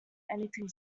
anything